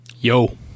yo